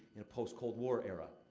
in a post-cold war era.